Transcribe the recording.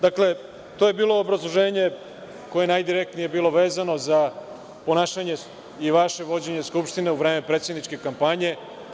Dakle, to je bilo obrazloženje koje je najdirektnije bilo vezano za ponašanje i vaše vođenje Skupštine u vreme predsedničke kampanje.